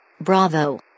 bravo